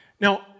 now